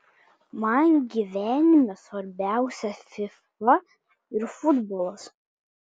man gyvenime svarbiausia fifa ir futbolas